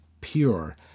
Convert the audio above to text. pure